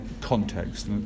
context